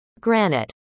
granite